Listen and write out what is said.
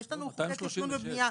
יש לנו חוקי תכנון ובנייה,